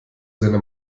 seine